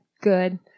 good